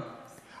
אנחנו מבינים,